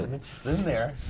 and it's in there.